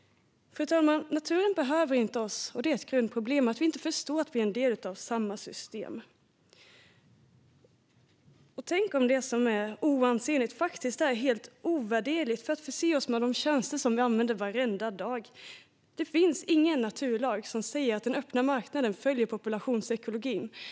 Fru talman! Naturen behöver inte oss, och det är ett grundproblem att vi inte förstår att vi är en del av samma system. Tänk om det som är oansenligt faktiskt är helt ovärderligt för att förse oss med de tjänster vi använder varenda dag. Det finns ingen naturlag som säger att den öppna marknaden följer populationsekologin.